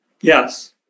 Yes